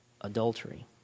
adultery